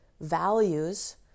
values